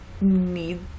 need